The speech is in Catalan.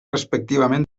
respectivament